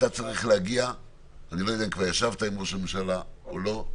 אני לא יודע אם כבר ישבת עם ראש הממשלה או לא.